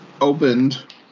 opened